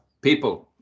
people